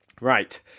Right